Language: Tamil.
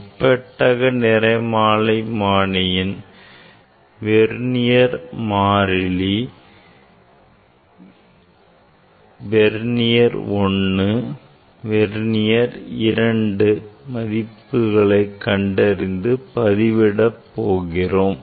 முப்பெட்டக நிறமாலைமானியின் வெர்னியர் மாறிலி வெர்னியர்1 வெர்னியர் 2 மதிப்புகளை கண்டறிந்து பதிவிட போகிறோம்